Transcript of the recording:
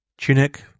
Tunic